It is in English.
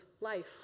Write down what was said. life